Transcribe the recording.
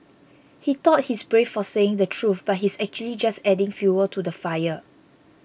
he thought he's brave for saying the truth but he's actually just adding fuel to the fire